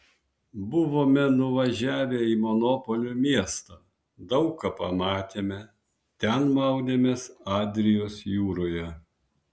buvome nuvažiavę į monopolio miestą daug ką pamatėme ten maudėmės adrijos jūroje